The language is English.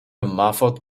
muffled